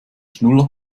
schnuller